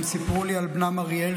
הם סיפרו עלי בנם אריאל,